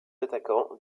attaquant